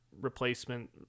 replacement